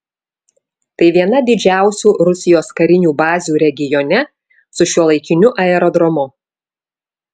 tai viena didžiausių rusijos karinių bazių regione su šiuolaikiniu aerodromu